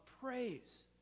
praise